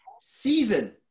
season